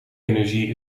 energie